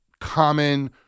common